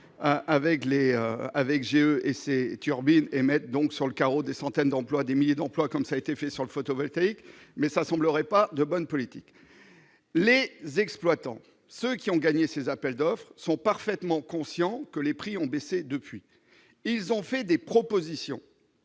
avec GE et c'est turbines émettent donc sur le carreau des centaines d'employes des milliers d'emplois comme ça a été fait sur le photovoltaïque mais ça semblerait pas de bonne politique Les exploitants ce qui ont gagné ces appels d'offres sont parfaitement conscients que les prix ont baissé depuis, ils ont fait des propositions